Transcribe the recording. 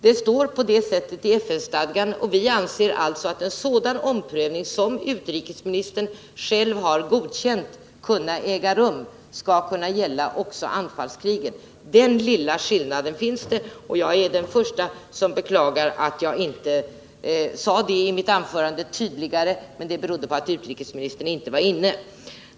Det står så i FN-stadgan, och vi anser alltså att en omprövning — utrikesministern har själv godkänt att en sådan skall kunna äga rum — skall kunna gälla anfallskrig. Den lilla skillnaden finns, och jag är den första som beklagar att jag inte sade det tydligare i mitt anförande; det berodde på att utrikesministern inte var inne i kammaren.